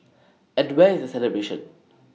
and where is the celebration